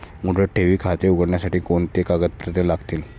मुदत ठेव खाते उघडण्यासाठी कोणती कागदपत्रे लागतील?